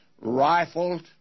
rifled